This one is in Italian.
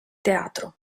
teatro